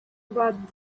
but